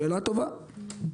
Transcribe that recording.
שאלה טובה.